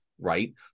right